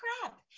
crap